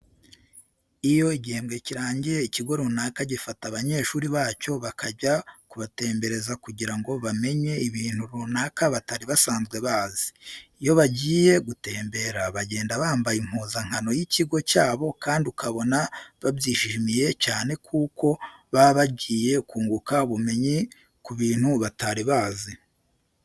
Iyo igihembwe kirangiye ikigo runaka gifata abanyeshuri bacyo bakajya kubatembereza kugira ngo bamenye ibintu runaka batari basanzwe bazi. Iyo bagiye gutembera bagenda bambaye impuzankano y'ikigo cyabo kandi ukabona babyishimiye cyane kuko baba bagiye kunguka ubumenyi ku bintu batari bazi.